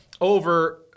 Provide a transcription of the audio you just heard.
over